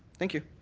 thank you.